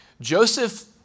Joseph